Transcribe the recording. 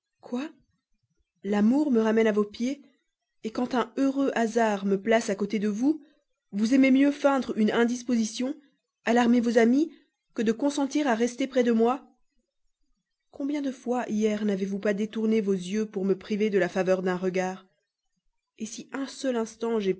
l'amour me ramène à vos pieds quand un hasard heureux me place à côté de vous vous aimez mieux feindre une indisposition alarmer vos amis que de consentir à rester auprès de moi combien de fois hier n'avez-vous pas détourné vos yeux pour me priver de la faveur d'un regard si un seul instant